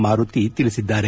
ಮಾರುತಿ ತಿಳಿಸಿದ್ದಾರೆ